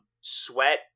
Sweat